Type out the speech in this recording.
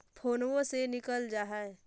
फोनवो से निकल जा है?